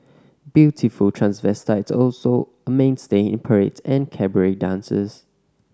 beautiful transvestites also a mainstay in parades and cabaret dances